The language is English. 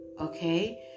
Okay